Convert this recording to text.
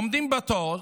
עומדים בתור,